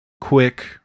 quick